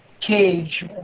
cage